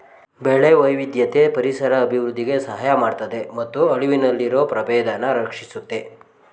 ಬೆಳೆ ವೈವಿಧ್ಯತೆ ಪರಿಸರ ಅಭಿವೃದ್ಧಿಗೆ ಸಹಾಯ ಮಾಡ್ತದೆ ಮತ್ತು ಅಳಿವಿನಲ್ಲಿರೊ ಪ್ರಭೇದನ ರಕ್ಷಿಸುತ್ತೆ